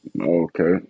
Okay